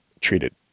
treated